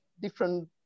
different